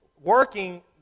working